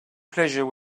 pleasure